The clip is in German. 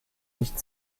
nicht